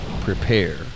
prepare